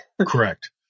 Correct